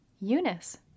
Eunice